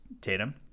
Tatum